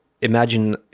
imagine